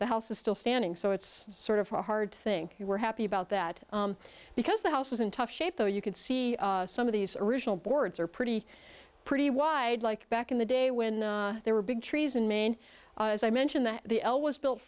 the house is still standing so it's sort of a hard thing you were happy about that because the house is in tough shape though you can see some of these original boards are pretty pretty wide like back in the day when they were big trees in maine as i mentioned that the l was built